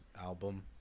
album